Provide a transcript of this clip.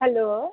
hello